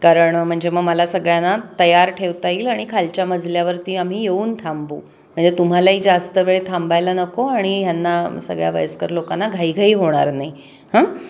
कारण म्हणजे मग मला सगळ्यांना तयार ठेवता येईल आणि खालच्या मजल्यावरती आम्ही येऊन थांबू म्हणजे तुम्हालाही जास्त वेळ थांबायला नको आणि ह्यांना सगळ्या वयस्कर लोकांना घाईघाई होणार नाही हां